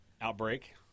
Outbreak